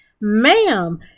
ma'am